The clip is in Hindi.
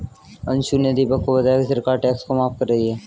अंशु ने दीपक को बताया कि सरकार टैक्स को माफ कर रही है